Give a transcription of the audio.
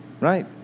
Right